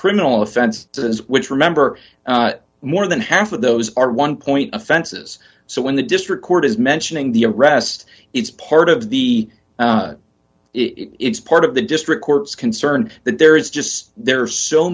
criminal offense which remember more than half of those are one point offenses so when the district court is mentioning the arrest it's part of the if it's part of the district court is concerned that there is just there